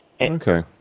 Okay